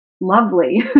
lovely